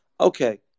Okay